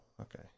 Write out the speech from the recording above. okay